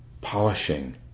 polishing